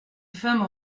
femme